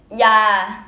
ya